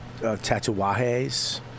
Tatuajes